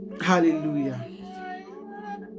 Hallelujah